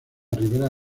ribera